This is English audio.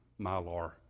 mylar